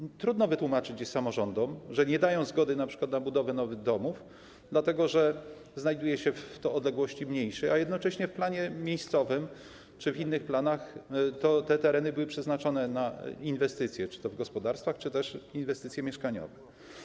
Trudno jest to wytłumaczyć samorządom, które nie dają zgody np. na budowę nowych domów, dlatego że znajduje się to w odległości mniejszej, a jednocześnie w planie miejscowym czy w innych planach te tereny były przeznaczone czy to na inwestycje w gospodarstwach, czy też inwestycje mieszkaniowe.